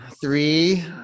Three